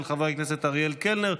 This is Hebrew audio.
לוועדת הכספים נתקבלה.